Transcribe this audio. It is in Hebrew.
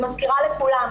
אני מזכירה לכולם.